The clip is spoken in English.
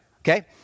okay